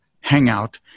Hangout